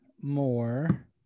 more